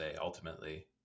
ultimately